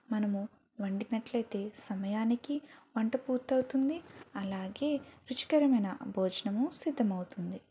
మనము వండినట్లయితే సమయానికి వంట పూర్తవుతుంది అలాగే రుచికరమైన భోజనము సిద్ధమవుతుంది